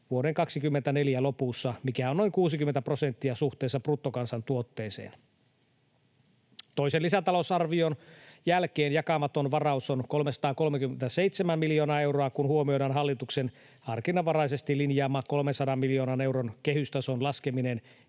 vuoden 24 lopussa, mikä on noin 60 prosenttia suhteessa bruttokansantuotteeseen. Toisen lisätalousarvion jälkeen jakamaton varaus on 337 miljoonaa euroa, kun huomioidaan hallituksen harkinnanvaraisesti linjaama 300 miljoonan euron kehystason laskeminen,